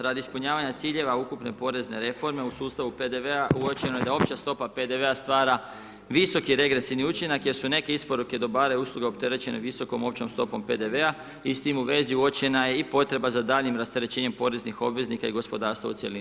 Radi ispunjavanja ciljeva ukupne porezne reforme u sustavu PDV-a uočeno je da opća stopa PDV-a stvara visoki regresivni učinak jer su neke isporuke dobara i usluga opterećene visokom općom stopom PDV-a i s time u vezi uočena je i potreba za daljnjim rasterećenjem poreznih obveznika i gospodarstva u cjelini.